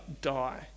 die